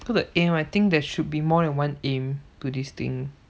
so the aim right I think there should be more than one aim to this thing